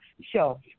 show